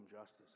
justice